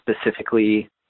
specifically